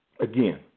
again